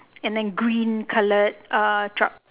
and the green coloured uh truck